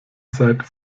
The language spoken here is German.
seid